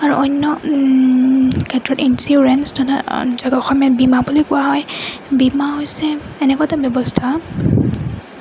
আৰু অন্য ক্ষেত্ৰত ইঞ্চুৰেঞ্চ তথা যাক অসমীয়াত বীমা বুলি কোৱা হয় বীমা হৈছে এনেকুৱা এটা ব্যৱস্থা